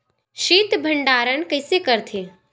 शीत भंडारण कइसे करथे?